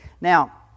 Now